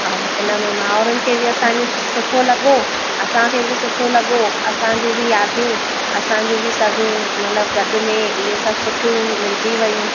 ऐं इन में मावरनि खे बि असांजे सुठो लॻो असांखे बि सुठो लॻो असांजूं बि यादियूं असांजूं बि सभु मतिलबु गॾ में ईअं सभु सुठियूं मिलजी थी वियूं